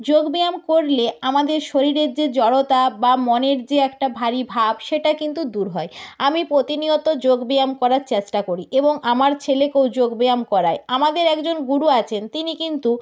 যোগব্যায়াম করলে আমাদের শরীরের যে জড়তা বা মনের যে একটা ভারী ভাব সেটা কিন্তু দূর হয় আমি প্রতিনিয়ত যোগব্যায়াম করার চেষ্টা করি এবং আমার ছেলেকেও যোগব্যায়াম করাই আমাদের একজন গুরু আছেন তিনি কিন্তু